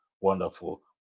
wonderful